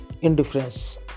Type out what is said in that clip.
indifference